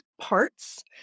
parts